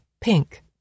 pink